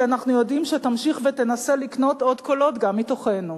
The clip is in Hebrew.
כי אנחנו יודעים שתמשיך ותנסה לקנות עוד קולות גם מתוכנו,